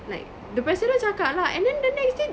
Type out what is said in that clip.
like the president cakap lah and then the next day